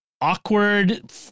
Awkward